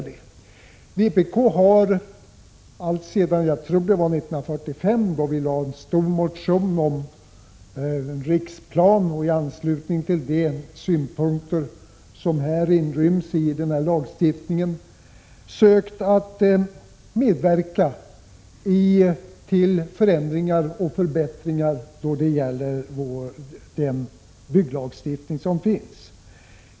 Vpk har sedan lång tid tillbaka — jag tror det var 1945 som vi lade fram en stor motion om en riksplan och i anslutning därtill hörande lagstiftningsfrågor — sökt att medverka till förändringar och förbättringar i gällande bygglagstiftning.